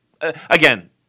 Again